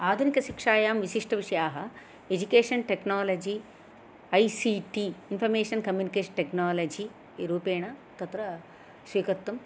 आधुनिकसिक्षायां विशिष्टविषयाः education technology I C T information communication technology रूपेण तत्र स्वीकर्तुं